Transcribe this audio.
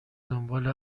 دنبال